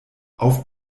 auf